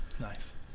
Nice